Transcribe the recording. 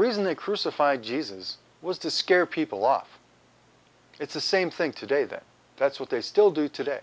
reason they crucified jesus was to scare people off it's the same thing today that that's what they still do today